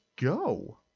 go